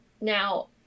Now